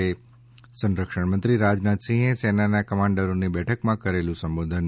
સંરક્ષણ મંત્રી રાજનાથસિંહે સેનાના કમાન્ડરોની બેઠકમાં કરેલું સંબોધન